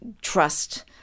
trust